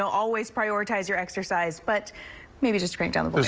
always prioritize your exercise. but maybe just crank down the but